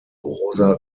rosa